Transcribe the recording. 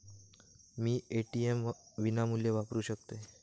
मी ATM विनामूल्य वापरू शकतय?